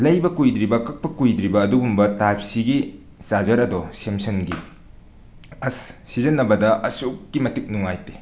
ꯂꯩꯕ ꯀꯨꯏꯗ꯭ꯔꯤꯕ ꯀꯛꯄ ꯀꯨꯏꯗ꯭ꯔꯤꯕ ꯑꯗꯨꯒꯨꯝꯕ ꯇꯥꯏꯞ ꯁꯤꯒꯤ ꯆꯥꯔꯖꯔ ꯑꯗꯣ ꯁꯦꯝꯁꯪꯒꯤ ꯑꯁ ꯁꯤꯖꯤꯟꯅꯕꯗ ꯑꯁꯨꯛꯀꯤ ꯃꯇꯤꯛ ꯅꯨꯡꯉꯥꯏꯇꯦ